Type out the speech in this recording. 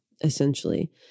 essentially